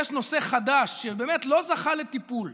יש נושא חדש שבאמת לא זכה לטיפול,